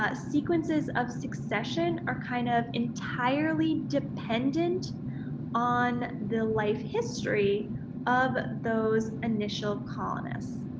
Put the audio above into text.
ah sequences of succession are kind of entirely dependent on the life history of those initial colonists.